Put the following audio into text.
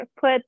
put